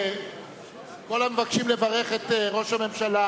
כל המבקשים לברך את ראש הממשלה